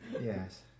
Yes